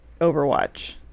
Overwatch